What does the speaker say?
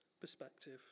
perspective